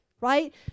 right